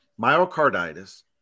myocarditis